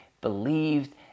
believed